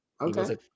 Okay